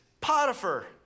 Potiphar